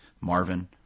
Marvin